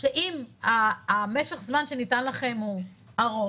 שאם משך הזמן שניתן לכם הוא ארוך